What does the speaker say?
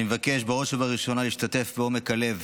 אני מבקש בראש ובראשונה להשתתף מעומק הלב